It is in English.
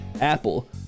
Apple